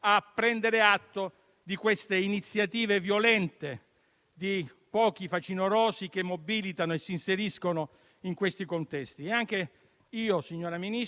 per tornare alla situazione precedente, che già non era rosea. Il Governo non ci dice niente su come affrontare la situazione. In Germania, al primo